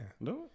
No